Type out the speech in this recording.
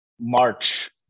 March